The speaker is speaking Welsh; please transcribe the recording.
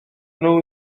nhw